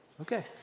Okay